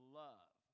love